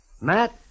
Matt